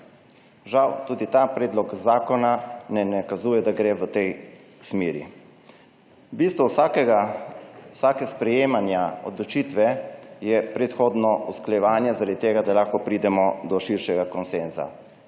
Žal tudi ta predlog zakona ne nakazuje, da gre v to smer. Bistvo vsakega sprejemanja odločitve je predhodno usklajevanje, zaradi tega, da lahko pridemo do širšega konsenza.